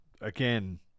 again